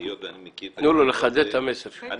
רוצה לחדד.